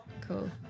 cool